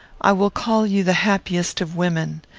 i will call you the happiest of women.